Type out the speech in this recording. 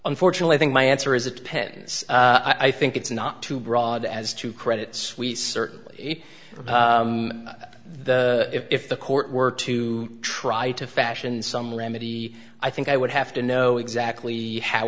unfortunately i think my answer is it depends i think it's not too broad as to credit suisse certainly the if the court were to try to fashion some remedy i think i would have to know exactly how